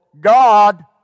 God